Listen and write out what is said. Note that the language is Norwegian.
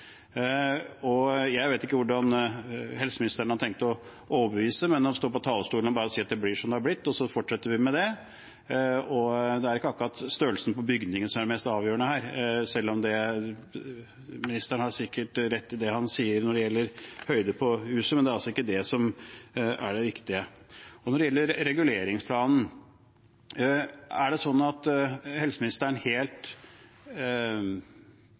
Jeg vet ikke hvordan helseministeren har tenkt å overbevise, men han står på talerstolen og sier at det blir som det har blitt og så fortsetter vi med det. Det er ikke akkurat størrelsen på bygningene som er mest avgjørende her, selv om ministeren sikkert har rett i det han sier om høyden på huset, men det er ikke det viktige. Når det gjelder reguleringsplanen, er det slik at helseministeren helt